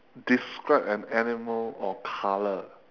describe an animal or color